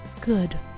good